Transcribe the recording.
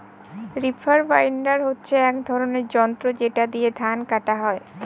reaper binder হচ্ছে এক ধরনের যন্ত্র যেটা দিয়ে ধান কাটা হয়